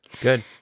good